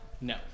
No